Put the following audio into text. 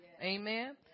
Amen